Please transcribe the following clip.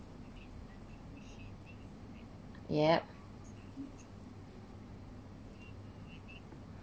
yep